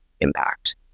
impact